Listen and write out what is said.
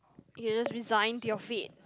you just resigned your fate